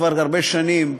כבר הרבה שנים,